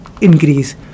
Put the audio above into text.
increase